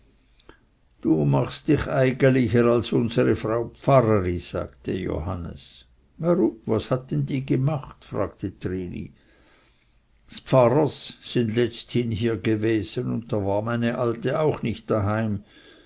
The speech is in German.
du machst dich eigelicher als unsere frau pfarreri sagte johannes warum was hat denn die gemacht fragte trini ds pfarrers sind letzthin hier gewesen und da war meine alte auch nicht daheim